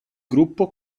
gruppo